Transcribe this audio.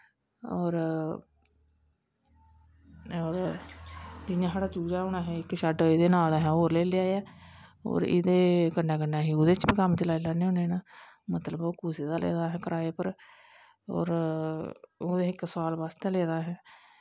और जियां साढ़ा चूचा इक शैड्ड एह्दे नाल असैं होर लेई लेआ ऐ और एह्दे कन्नैं कन्नैं अस एह्दे च बी कम्म चलाई लैन्ने न मतलव कुसे दा लेदा असैं कराए पर और ओह् इक साल बास्तै लेदा असें